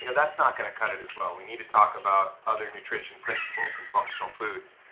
you know that's not going to cut it as well. we need to talk about other nutrition principles and functional foods.